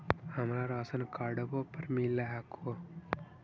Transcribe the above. हमरा राशनकार्डवो पर मिल हको?